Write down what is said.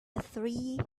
three